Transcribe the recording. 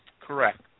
correct